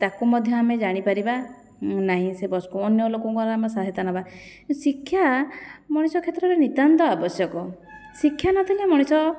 ତାକୁ ମଧ୍ୟ ଆମେ ଜାଣିପାରିବା ନାହିଁ ସେ ବସ୍କୁ ଅନ୍ୟ ଲୋକଙ୍କର ଆମେ ସାହାୟତା ନେବା ଶିକ୍ଷା ମଣିଷ କ୍ଷେତ୍ରରେ ନିତ୍ୟାନ୍ତ ଆବଶ୍ୟକ ଶିକ୍ଷା ନଥିଲେ ମଣିଷ